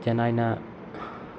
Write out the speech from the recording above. ꯆꯦꯟꯅꯥꯏꯅ